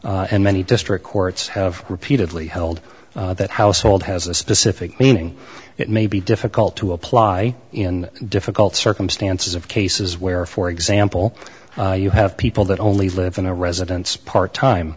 california and many district courts have repeatedly held that household has a specific meaning it may be difficult to apply in difficult circumstances of cases where for example you have people that only live in a residence part time